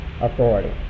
authority